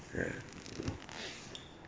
ya